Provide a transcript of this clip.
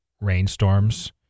rainstorms